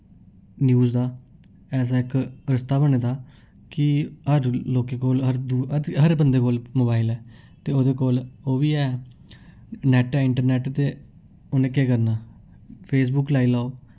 news दा ऐसा इक रस्ता बने दा कि हर लोकें कोल हर दू हर बंदे कोल मोबाइल ऐ ते ते ओह्दे कोल ओह् बी है नैट्ट ऐ इंटरनैट्ट ते उ'न्न केह् करना फेसबुक लाई लाओ